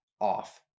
off